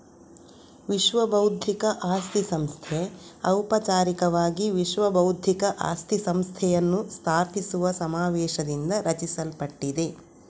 ವಿಶ್ವಬೌದ್ಧಿಕ ಆಸ್ತಿ ಸಂಸ್ಥೆ ಔಪಚಾರಿಕವಾಗಿ ವಿಶ್ವ ಬೌದ್ಧಿಕ ಆಸ್ತಿ ಸಂಸ್ಥೆಯನ್ನು ಸ್ಥಾಪಿಸುವ ಸಮಾವೇಶದಿಂದ ರಚಿಸಲ್ಪಟ್ಟಿದೆ